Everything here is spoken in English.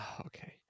okay